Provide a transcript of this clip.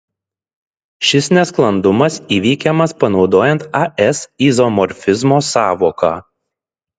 šis nesklandumas įveikiamas panaudojant as izomorfizmo sąvoką